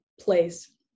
place